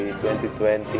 2020